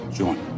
join